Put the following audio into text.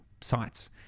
sites